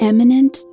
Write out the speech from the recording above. Eminent